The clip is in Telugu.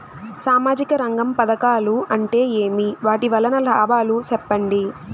సామాజిక రంగం పథకాలు అంటే ఏమి? వాటి వలన లాభాలు సెప్పండి?